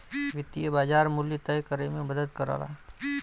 वित्तीय बाज़ार मूल्य तय करे में मदद करला